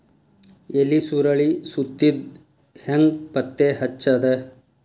ಎಲಿ ಸುರಳಿ ಸುತ್ತಿದ್ ಹೆಂಗ್ ಪತ್ತೆ ಹಚ್ಚದ?